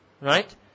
right